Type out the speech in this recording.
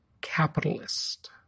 capitalist